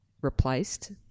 replaced